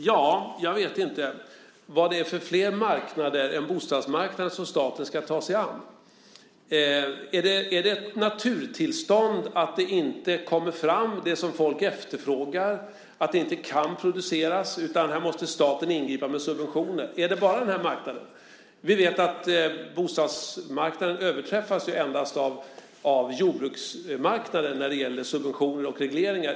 Ja, jag vet inte vad det är för flera marknader än bostadsmarknaden som staten ska ta sig an. Är det ett naturtillstånd att det som folk efterfrågar inte kommer fram, att det inte kan produceras utan att staten måste ingripa med subventioner? Är det bara den här marknaden? Vi vet att bostadsmarknaden överträffas endast av jordbruksmarknaden när det gäller subventioner och regleringar.